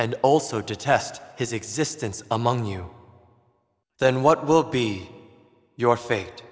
and also to test his existence among you then what will be your fate